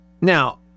Now